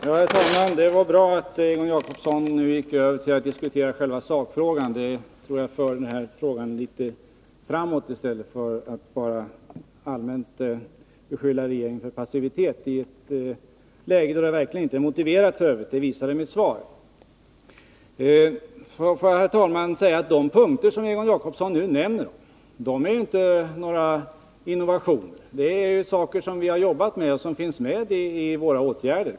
Herr talman! Det var bra att Egon Jacobsson nu gick över till att diskutera själva sakfrågan. Då tror jag att man för frågan framåt i motsats till vad som blir fallet, om man bara allmänt beskyller regeringen för passivitet. Beskyllningen är verkligen inte motiverad i det här läget, vilket jag också visade i mitt svar. Herr talman! De punkter som Egon Jacobsson nu tog upp gäller inte några innovationer. Det är saker som vi har arbetat med och som också finns med bland våra åtgärder.